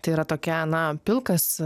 tai yra tokia na pilkas